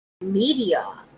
media